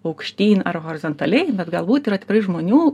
aukštyn ar horizontaliai bet galbūt yra tikrai žmonių